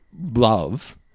love